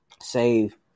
save